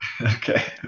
Okay